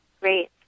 Great